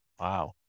Wow